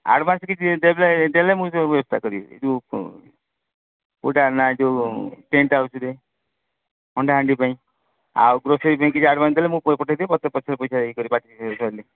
advance କିଛି ଦେବେ ଦେଲେ ମୁଇଁ ସବୁ ବ୍ୟବସ୍ଥା କରିବି ଯେଉଁ ଫ କେଉଁଟା ନା ଯେଉଁ ଟେଣ୍ଟହାଉସ୍ରେ ହଣ୍ଡାହାଣ୍ଡି ପାଇଁ ଆଉ ଗ୍ରୋସରୀ ପାଇଁ କିଛି ଆଡ଼ଭାନ୍ସ ଦେଲେ ମୁଁ ପଠେଇଦେବି ମୋତେ ପଛରେ ପଇସା ଇଏ କରି ପାର୍ଟି ସରିଲେ